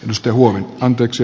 jos työhuone anteeksi